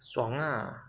爽啊